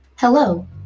Hello